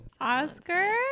Oscar